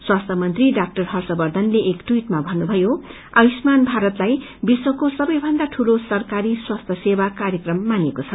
स्वास्थ्य मंत्री ड्राण हर्षवर्धनले एक टवीटमा भन्नुभयो आयुष्मान भारतलाई विश्वको सबैभन्दा दूलो सरकारी स्वास्थ्य सेवा कार्यक्रम मानिएको छ